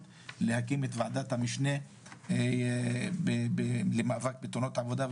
להקמת ועדת המשנה למאבק בתאונות העבודה.